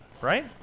right